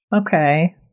Okay